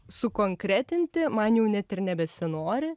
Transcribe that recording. sukonkretinti man jau net ir nebesinori